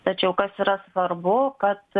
tačiau kas yra svarbu kad